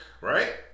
Right